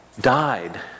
died